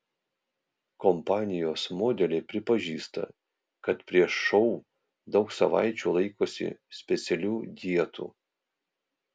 kompanijos modeliai pripažįsta kad prieš šou daug savaičių laikosi specialių dietų